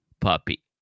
Puppy